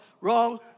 wrong